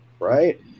right